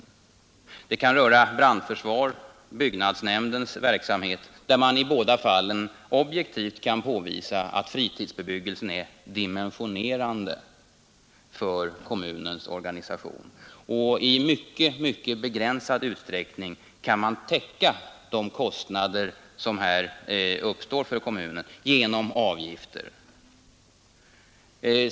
Likaså kan man i fråga om brandförsvaret och byggnadsnämndens verksamhet objektivt påvisa att fritidsbebyggelsen är dimensionerande för kommunens organisation. I mycket begränsad utsträckning kan kommunen genom avgifter täcka de kostnader som här uppstår.